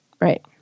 Right